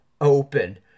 open